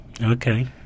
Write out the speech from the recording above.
Okay